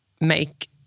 make